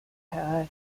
her